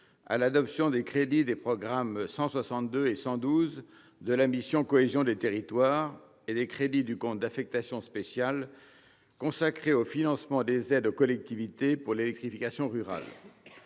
l'adoption des crédits des programmes 162 et 112 de la mission « Cohésion des territoires » et des crédits du compte d'affectation spéciale consacré au financement des aides aux collectivités pour l'électrification rurale.